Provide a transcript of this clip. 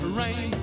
rain